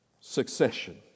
succession